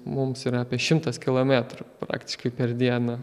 mums yra apie šimtas kilometrų praktiškai per dieną